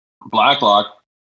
Blacklock